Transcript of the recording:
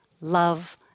love